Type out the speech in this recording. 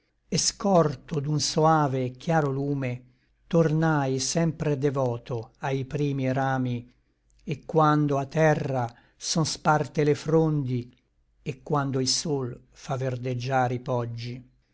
e scorto d'un soave et chiaro lume tornai sempre devoto ai primi rami et quando a terra son sparte le frondi et quando il sol fa verdeggiar i poggi